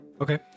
Okay